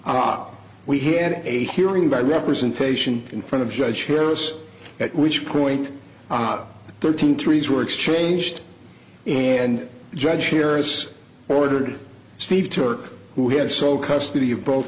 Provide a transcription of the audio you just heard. ah we had a hearing by representation in front of judge harris at which point ob thirteen threes were exchanged and the judge here has ordered steve turk who had sole custody of both